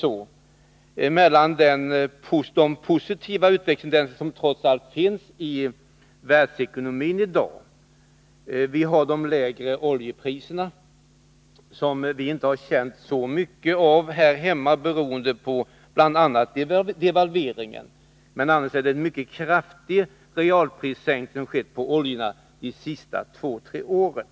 Vi får inte glömma de positiva utvecklingstendenser som i dag trots allt finns i världsekonomin. Jag kan nämna de lägre oljepriserna. Vi har här hemma, bl.a. beroende på devalveringen, inte känt av denna prissänkning så mycket, men det är en mycket kraftig sänkning av realpriserna på olja som har skett de senaste två tre åren.